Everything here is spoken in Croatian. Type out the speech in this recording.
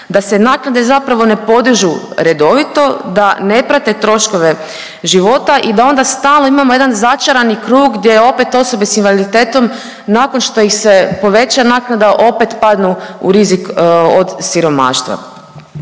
da se naknade zapravo ne podižu redovito da ne prate troškove života i da onda stalno imamo jedan začarani krug gdje opet osobe s invaliditetom nakon što im se poveća naknada opet padnu u rizik od siromaštva.